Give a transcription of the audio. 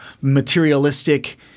materialistic